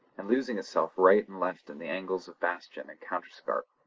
and losing itself right and left in the angles of bastion and counterscarp.